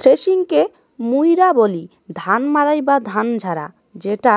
থ্রেশিংকে মুইরা বলি ধান মাড়াই বা ধান ঝাড়া, যেটা